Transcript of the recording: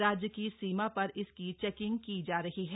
राज्य की सीमा पर इसकी चेकिंग की जा रही है